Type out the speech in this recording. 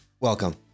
welcome